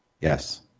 Yes